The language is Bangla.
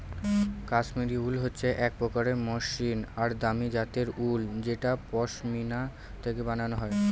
কাশ্মিরী উল হচ্ছে এক প্রকার মসৃন আর দামি জাতের উল যেটা পশমিনা থেকে বানানো হয়